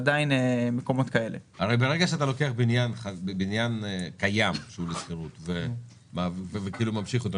ברגע שאתה לוקח בניין קיים שהוא לשכירות וכאילו ממשיך אותו,